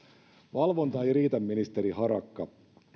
valvonta ei riitä ministeri harakka